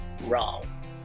wrong